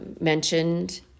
mentioned